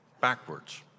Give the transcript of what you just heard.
backwards